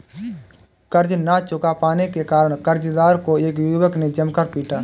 कर्ज ना चुका पाने के कारण, कर्जदार को एक युवक ने जमकर पीटा